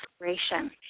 inspiration